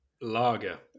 lager